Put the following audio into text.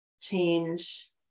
change